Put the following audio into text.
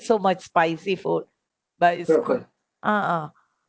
so much spicy food but ah ah